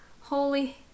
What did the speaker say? holy